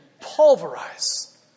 pulverize